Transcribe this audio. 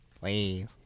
Please